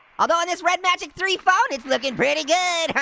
although, on this red magic three phone, it's looking pretty good,